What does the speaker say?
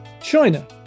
China